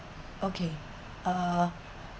okay uh